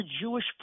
Jewish